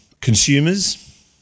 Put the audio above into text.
consumers